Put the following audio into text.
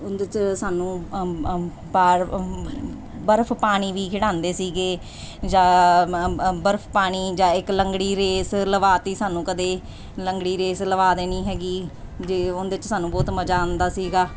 ਉਹਦੇ 'ਚ ਸਾਨੂੰ ਬਰਫ ਪਾਣੀ ਵੀ ਖਿਡਾਉਂਦੇ ਸੀਗੇ ਜਾਂ ਬਰਫ ਪਾਣੀ ਜਾਂ ਇੱਕ ਲੰਗੜੀ ਰੇਸ ਲਵਾ ਤੀ ਸਾਨੂੰ ਕਦੇ ਲੰਗੜੀ ਰੇਸ ਲਵਾ ਦੇਣੀ ਹੈਗੀ ਜੇ ਉਹਦੇ 'ਚ ਸਾਨੂੰ ਬਹੁਤ ਮਜ਼ਾ ਆਉਂਦਾ ਸੀਗਾ